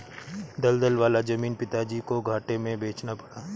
दलदल वाला जमीन पिताजी को घाटे में बेचना पड़ा